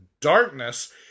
darkness